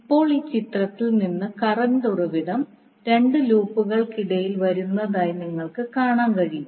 ഇപ്പോൾ ഈ ചിത്രത്തിൽ നിന്ന് കറണ്ട് ഉറവിടം രണ്ട് ലൂപ്പുകൾക്കിടയിൽ വരുന്നതായി നിങ്ങൾക്ക് കാണാൻ കഴിയും